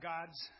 God's